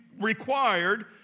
required